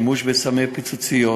ושימוש בסמי פיצוציות,